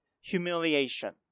humiliation